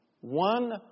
One